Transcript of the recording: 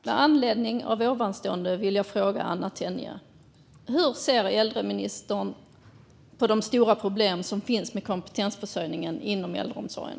Med anledning av detta vill jag fråga Anna Tenje: Hur ser äldreministern på de stora problem som finns när det gäller kompetensförsörjningen inom äldreomsorgen?